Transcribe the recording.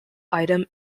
item